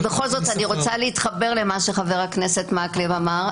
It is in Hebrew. אז בכל זאת, אני רוצה להתחבר למה שחה"כ מקלב אמר.